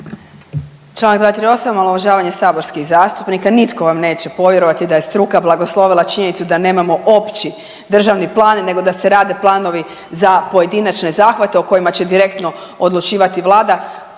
Članak 238. omalovažavanje saborskih zastupnika. Nitko vam neće povjerovati da je struka blagoslovila činjenicu da nemamo opći državni plan, nego da se rade planovi za pojedinačne zahvate o kojima će direktno odlučivati Vlada.